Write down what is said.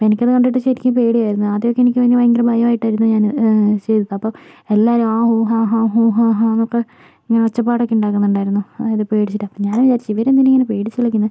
അപ്പം എനിക്കത് കണ്ടിട്ട് ശരിക്ക് പേടിയായിരുന്നു ആദ്യമൊക്കെ എനിക്ക് പിന്നെ ഭയങ്കര ഭയമായിട്ടായിരുന്നു ഞാൻ ചെയ്തത് അപ്പം എല്ലാവരും ഹാ ഹൂ ഹാ ഹാ ഹൂ ഹാ ഹാ ഹാ എന്നൊക്കെ ഇങ്ങനെ ഒച്ചപ്പാടൊക്കെ ഉണ്ടാക്കുന്നുണ്ടായിരുന്നു അങ്ങനെ പേടിച്ചിട്ട് അപ്പം ഞാൻ വിചാരിച്ചു ഇവരെന്തിനാണ് ഇങ്ങനെ പേടിച്ചു കളിക്കുന്നത്